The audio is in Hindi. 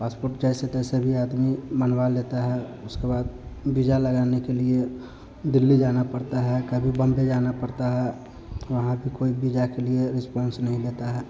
पासपोर्ट जैसे तैसे भी आदमी बनवा लेता है उसके बाद वीजा लगाने के लिए दिल्ली जाना पड़ता है कभी बॉम्बे जाना पड़ता है वहाँ पर कोई भी वीजा के लिए रिस्पान्स नहीं लेता है